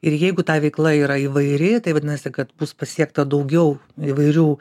ir jeigu ta veikla yra įvairi tai vadinasi kad bus pasiekta daugiau įvairių